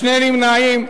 שני נמנעים.